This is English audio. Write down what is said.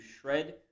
shred